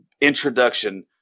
introduction